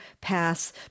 pass